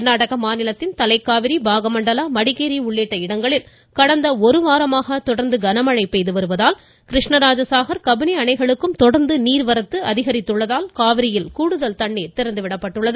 கர்நாடக மாநிலத்தின் தலைக்காவிரி பாகமண்டலா மடிகேரி உள்ளிட்ட இடங்களில் கடந்த ஒரு வாரமாக தொடர்ந்து கனமழை பெய்து வருவதால் கிருஷ்ணராஜசாகர் நீள்வரத்து அதிகரித்ததையடுத்து காவிரியில் கூடுதல் தண்ணீர் திறந்து விடப்பட்டுள்ளது